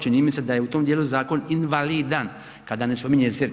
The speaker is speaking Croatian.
Čini mi se da je u tom dijelu zakon invalidan kada ne spominje ZERP.